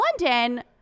london